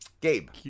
Gabe